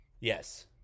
Yes